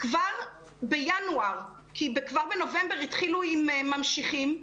כבר בינואר, כי כבר בנובמבר התחילו עם ממשיכים,